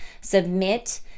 submit